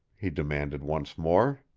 he demanded once more.